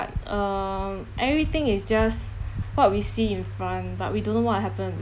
um everything is just what we see in front but we don't know what happened